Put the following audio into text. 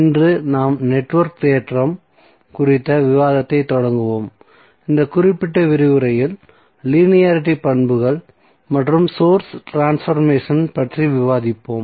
இன்று நாம் நெட்வொர்க் தேற்றம் குறித்த விவாதத்தைத் தொடங்குவோம் இந்த குறிப்பிட்ட விரிவுரையில் லீனியாரிட்டி பண்புகள் மற்றும் சோர்ஸ் ட்ரான்ஸ்பர்மேஷன் பற்றி விவாதிப்போம்